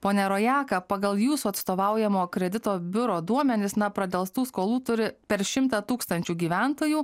ponia rojaka pagal jūsų atstovaujamo kredito biuro duomenis na pradelstų skolų turi per šimtą tūkstančių gyventojų